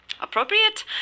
Appropriate